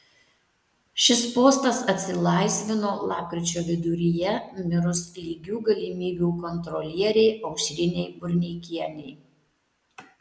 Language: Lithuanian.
šis postas atsilaisvino lapkričio viduryje mirus lygių galimybių kontrolierei aušrinei burneikienei